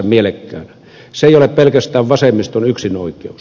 se ei ole pelkästään vasemmiston yksinoikeus